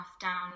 down